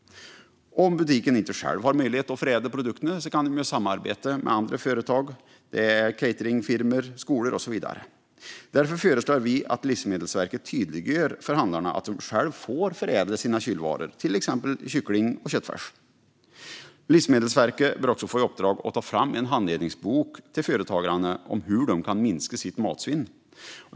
Om butiken själv inte har möjlighet att förädla produkterna kan den samarbeta med andra företag, cateringfirmor, skolor och så vidare. Därför föreslår vi att Livsmedelsverket tydliggör för handlarna att de själva får förädla sina kylvaror, till exempel kyckling och köttfärs. Livsmedelsverket bör också få i uppdrag att ta fram en handledningsbok till företagarna om hur de kan minska sitt matsvinn.